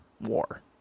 War